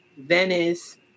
Venice